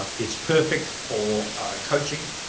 um it's perfect for coaching,